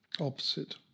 opposite